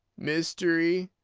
mystery,